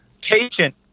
Patient